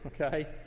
okay